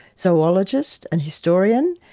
zoologist, an historian,